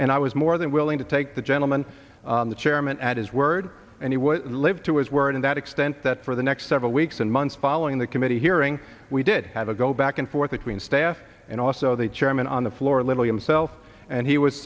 and i was more than willing to take the gentleman the chairman at his word and he would live to his word and that extent that for the next several weeks and months following the committee hearing we did have a go back and forth between staff and also the chairman on the floor a little himself and he was